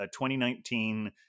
2019